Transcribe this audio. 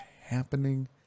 happening